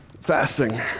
fasting